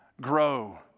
grow